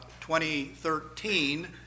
2013